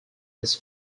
his